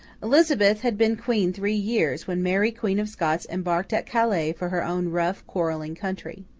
elizabeth had been queen three years, when mary queen of scots embarked at calais for her own rough, quarrelling country.